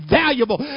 valuable